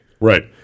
right